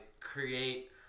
create –